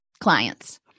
clients